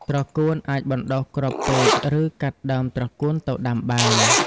ត្រកួន អាចបណ្ដុះគ្រាប់ពូជ ឬកាត់ដើមត្រកួនទៅដាំបាន។